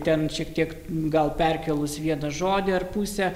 ten šiek tiek gal perkėlus vieną žodį ar pusę